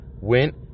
went